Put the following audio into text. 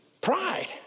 Pride